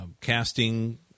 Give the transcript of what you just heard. casting